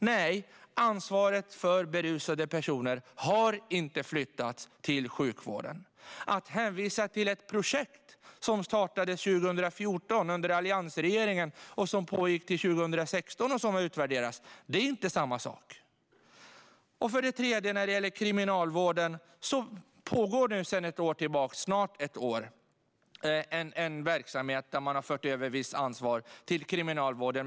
Nej, ansvaret för berusade personer har inte flyttats till sjukvården. Att hänvisa till ett projekt som startade 2014 under alliansregeringen, som pågick till 2016 och utvärderas är inte samma sak. När det gäller Kriminalvården pågår det sedan snart ett år tillbaka en verksamhet där man har fört över visst ansvar till Kriminalvården.